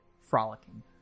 Frolicking